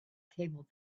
table